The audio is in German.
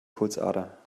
pulsader